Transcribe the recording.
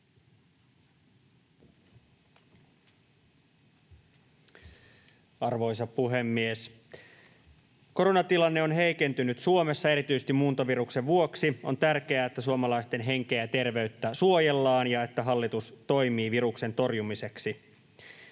Arvoisa puhemies! Koronatilanne on heikentynyt Suomessa erityisesti muuntoviruksen vuoksi. On tärkeää, että suomalaisten henkeä ja terveyttä suojellaan ja että hallitus toimii viruksen torjumiseksi.